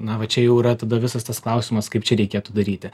na va čia jau yra tada visas tas klausimas kaip čia reikėtų daryti